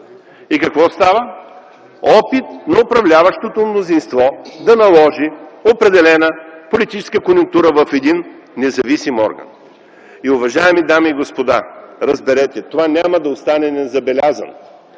И какво става? Опит на управляващото мнозинство да наложи определена политическа конюнктура в един независим орган. Уважаеми дами и господа, разберете, това няма да остане незабелязано.